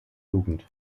jugend